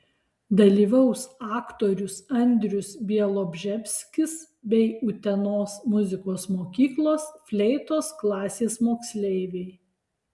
dalyvaus aktorius andrius bialobžeskis bei utenos muzikos mokyklos fleitos klasės moksleiviai